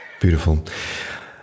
Beautiful